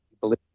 believe